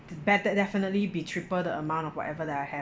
better definitely be triple the amount of whatever that I